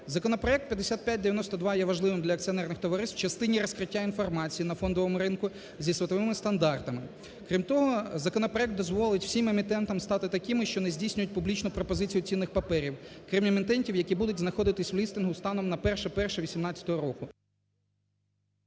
Законопроект 5592 є важливим для акціонерних товариств в частині розкриття інформації на фондовому ринку зі світовими стандартами. Крім того, законопроект дозволить всім емітентам стати такими, що не здійснюють публічну пропозицію цінних паперів, крім емітентів, які будуть знаходитися у лістингу станом на 01.01.2018 року.